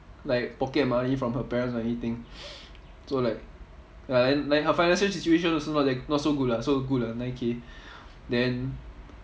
like pocket money from her parents or anything so like ya then like her financial situation also not that not so good lah so good lah nine K then